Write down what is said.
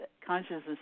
consciousness